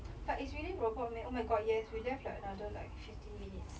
but it's really robot meh oh my god yes we left like another like fifteen minutes